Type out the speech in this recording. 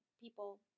people